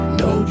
no